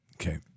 Okay